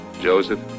Joseph